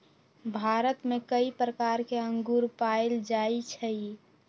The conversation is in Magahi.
भारत में कई प्रकार के अंगूर पाएल जाई छई